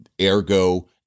ergo